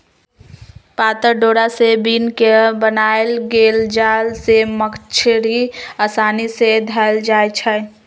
पातर डोरा से बिन क बनाएल गेल जाल से मछड़ी असानी से धएल जाइ छै